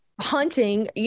hunting